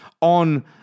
on